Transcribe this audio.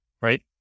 right